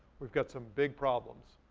we've got some big problems.